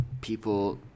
people –